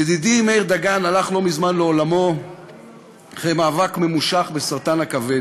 ידידי מאיר דגן הלך לא מזמן לעולמו אחרי מאבק ממושך בסרטן הכבד.